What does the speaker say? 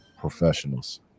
professionals